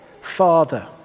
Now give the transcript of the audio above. father